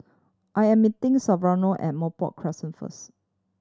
I am meeting Severo at Merbok Crescent first